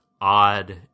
odd